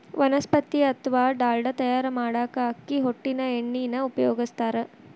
ವನಸ್ಪತಿ ಅತ್ವಾ ಡಾಲ್ಡಾ ತಯಾರ್ ಮಾಡಾಕ ಅಕ್ಕಿ ಹೊಟ್ಟಿನ ಎಣ್ಣಿನ ಉಪಯೋಗಸ್ತಾರ